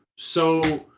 so